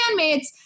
bandmates